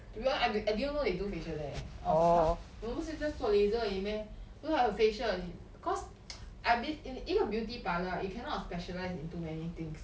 to be honest I didn't I didn't know you do facial there eh I was like ha 我们不是 just 做 laser 而已 meh 为什么还有 facial again because I been in a beauty parlor right you cannot specialise in too many things